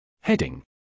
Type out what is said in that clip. Heading